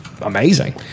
amazing